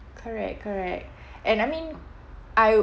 correct correct and I mean I